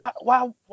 Wow